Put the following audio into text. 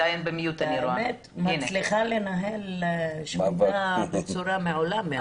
האמת היא שהיא מצליחה לנהל שביתה בצורה מעולה מהבידוד.